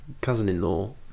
cousin-in-law